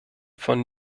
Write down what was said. von